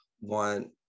want